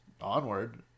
onward